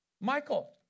Michael